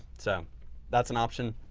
so that's an option